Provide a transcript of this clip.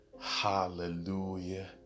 Hallelujah